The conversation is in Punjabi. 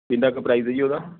ਕਿੰਨਾ ਕੁ ਪ੍ਰਾਈਜ਼ ਆ ਜੀ ਉਹਦਾ